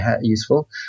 useful